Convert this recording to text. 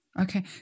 Okay